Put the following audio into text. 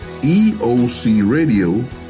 eocradio